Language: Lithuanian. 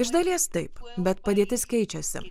iš dalies taip bet padėtis keičiasi